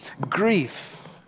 Grief